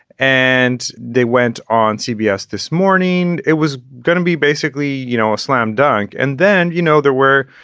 and they went on cbs this morning. it was going to be basically, you know, a slam dunk. and then, you know, there were